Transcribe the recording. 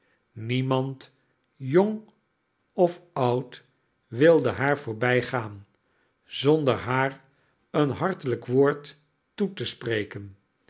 niemand jong of oud wilde haar voorbijgaan zonder haar een hartelijk woord toe te spreken